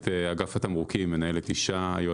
את אגף התמרוקים מנהלת אישה,